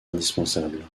indispensable